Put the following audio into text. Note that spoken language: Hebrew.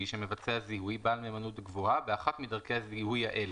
שמבצע זיהוי בעל מהימנות גבוהה באחת מדרכי הזיכוי האלה...".